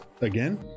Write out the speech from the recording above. again